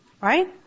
right